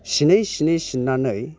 सिनै सिनै सिननानै